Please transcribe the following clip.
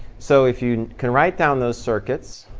so if you can write down those circuits,